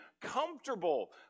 comfortable